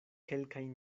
kelkajn